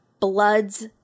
Bloods